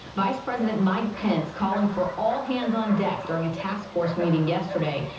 vice president mike pence calling for all hands on and during a task force meeting yesterday.